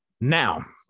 Now